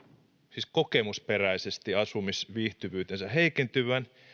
siis kokemusperäisesti asumisviihtyvyytensä heikentyvän